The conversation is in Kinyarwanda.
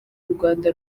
rwanda